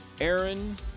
Aaron